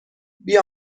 بیا